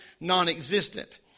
non-existent